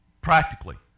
Practically